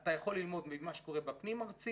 אתה יכול ללמוד ממה שקורה בפנים-ארצי,